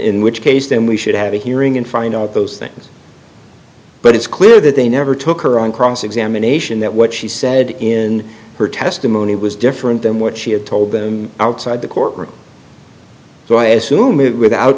in which case then we should have a hearing and find out those things but it's clear that they never took her on cross examination that what she said in her testimony was different than what she had told them outside the court room so i assume it without